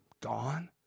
gone